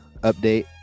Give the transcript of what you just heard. update